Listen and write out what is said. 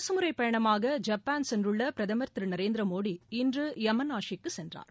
அரசுமுறை பயணமாக ஜப்பான் சென்றுள்ள பிரதமர் திரு நரேந்திர மோடி இன்று யமனாஷிக்கு சென்றார்